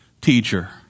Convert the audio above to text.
teacher